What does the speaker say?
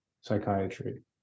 psychiatry